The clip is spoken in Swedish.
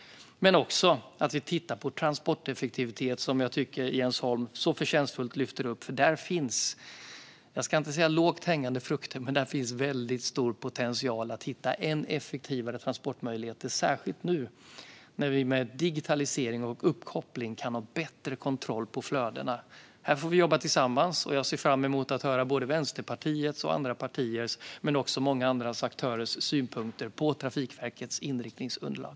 Vi tittar även på transporteffektivitet. Jag tycker att Jens Holm lyfter upp detta på ett förtjänstfullt sätt. Där finns - jag ska inte säga lågt hängande frukter - väldigt stor potential att hitta ännu mer effektiva transportmöjligheter. Det gäller särskilt nu när vi med digitalisering och uppkoppling kan ha bättre kontroll av flödena. Här får vi jobba tillsammans. Jag ser fram emot att få höra Vänsterpartiets, andra partiers och många andra aktörers synpunkter på Trafikverkets inriktningsunderlag.